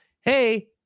hey